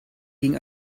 gegen